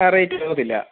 ആ റേറ്റ് കൂടത്തില്ല